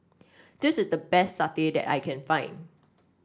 this is the best satay that I can find